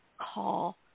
call